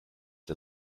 der